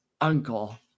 uncle